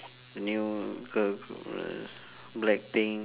a new girl group blackpink